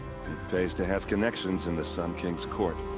pays to have connections in the sun king's court.